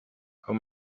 how